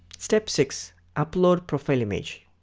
step six upload profile image.